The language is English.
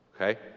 okay